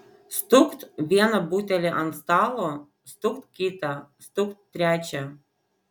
stukt vieną butelį ant stalo stukt kitą stukt trečią